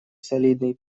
солидный